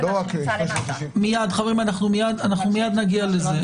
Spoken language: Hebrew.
--- חברים, אנחנו מיד לזה.